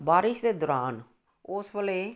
ਬਾਰਿਸ਼ ਦੇ ਦੌਰਾਨ ਉਸ ਵੇਲੇ